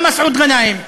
גם מסעוד גנאים,